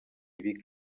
ibi